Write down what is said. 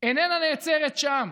איננה נעצרת שם.